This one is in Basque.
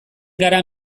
gara